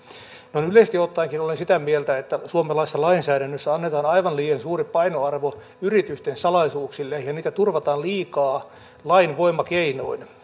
noin yleisesti ottaenkin olen sitä mieltä että suomalaisessa lainsäädännössä annetaan aivan liian suuri painoarvo yritysten salaisuuksille ja niitä turvataan liikaa lain voimakeinoin